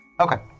Okay